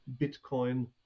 Bitcoin